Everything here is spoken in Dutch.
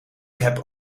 heb